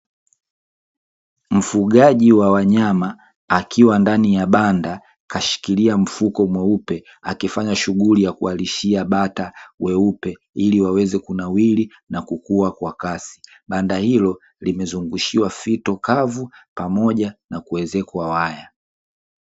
Mfugaji wa wanyama akiwa ndani ya banda kashikilia mfuko mweupe akifanya shughuli ya kuwalishia bata weupe ili waweze kunawiri na kukua kwa kasi, banda hilo limezungushiwa fito kavu pamoja na kuwezekwa waya.